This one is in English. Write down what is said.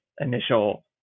initial